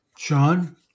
Sean